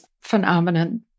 phenomenon